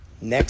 next